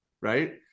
right